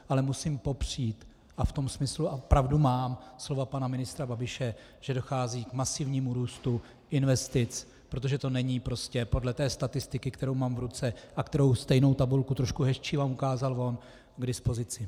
Ale musím popřít, a pravdu mám, slova pana ministra Babiše, že dochází k masivnímu růstu investic, protože to není prostě podle té statistiky, kterou mám v ruce a kterou, stejnou tabulku, trošku hezčí, vám ukázal on, mám k dispozici.